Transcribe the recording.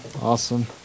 Awesome